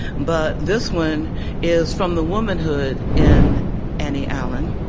but this one is from the womanhood in annie allen.